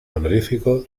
honorífico